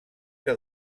que